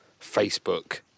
Facebook